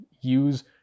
use